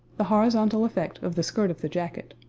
the horizontal effect of the skirt of the jacket,